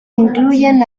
incluyen